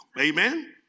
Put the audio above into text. Amen